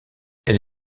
elle